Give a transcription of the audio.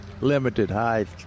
limited-height